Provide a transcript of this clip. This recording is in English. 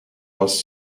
bus